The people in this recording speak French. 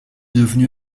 devenu